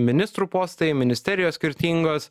ministrų postai ministerijos skirtingos